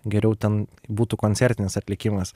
geriau ten būtų koncertinis atlikimas